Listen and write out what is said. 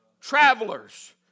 travelers